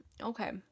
Okay